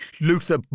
Luther